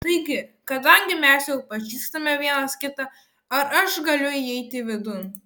taigi kadangi mes jau pažįstame vienas kitą ar aš galiu įeiti vidun